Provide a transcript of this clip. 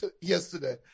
yesterday